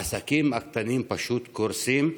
העסקים הקטנים פשוט קורסים,